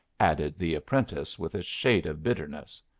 added the apprentice with a shade of bitterness.